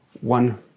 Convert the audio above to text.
one